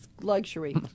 luxury